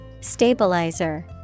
Stabilizer